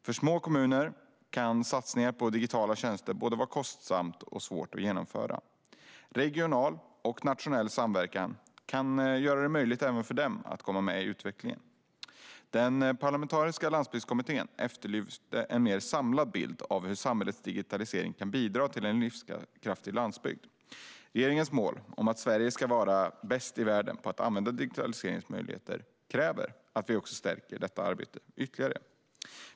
För små kommuner kan satsningar på digitala tjänster vara både kostsamma och svåra att genomföra. Regional och nationell samverkan kan göra det möjligt även för dem att komma med i utvecklingen. Parlamentariska landsbygdskommittén efterlyste en mer samlad bild av hur samhällets digitalisering kan bidra till en livskraftig landsbygd. Regeringens mål om att Sverige ska vara bäst i världen på att använda digitaliseringens möjligheter kräver att vi stärker detta arbete ytterligare.